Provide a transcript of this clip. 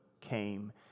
came